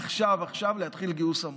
עכשיו, להתחיל גיוס המוני,